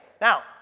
Now